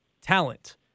talent